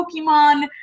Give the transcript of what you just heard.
Pokemon